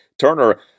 Turner